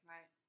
Right